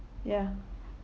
ya